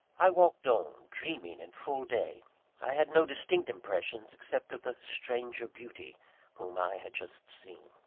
i walked on, dreaming in full day i had no distinct impressions, except of the stranger beauty whom i had just seen.